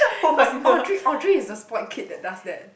cause Audrey Audrey is the spoilt kid that does that